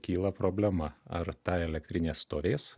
kyla problema ar ta elektrinė stovės